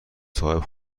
صاحب